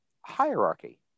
hierarchy